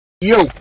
yo